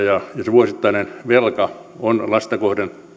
ja vuosittainen velka on